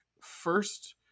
first